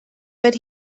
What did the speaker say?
but